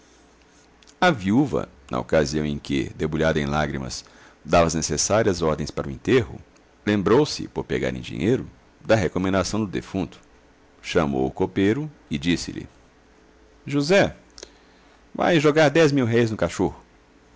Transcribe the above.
a viúva na ocasião em que debulhada em lágrimas dava as necessárias ordens para o enterro lembrou-se por pegar em dinheiro da recomendação do defunto chamou o copeiro e disse-lhe josé vai jogar dez mil-réis no cachorro